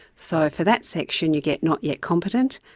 so for that section you get not yet competent,